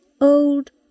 old